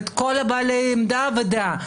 את כל בעלי העמדה והדעה.